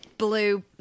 blue